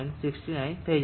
69 થઈ જશે